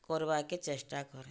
କର୍ବାକେ ଚେଷ୍ଟା କରେ